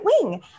wing